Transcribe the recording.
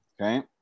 okay